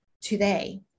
today